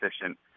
efficient